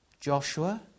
Joshua